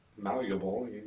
malleable